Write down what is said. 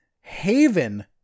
haven